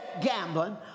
gambling